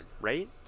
right